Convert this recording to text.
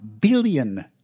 billion